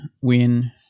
win